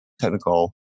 technical